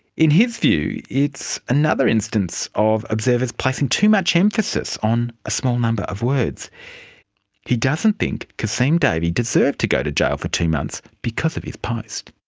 in his view, it's another instance of observers placing too much emphasis on a small number of words he doesn't think kasim davey deserved to go to jail for two months because of his post.